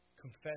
Confess